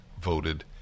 voted